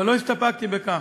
אבל לא הסתפקתי בכך.